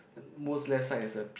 most left side is a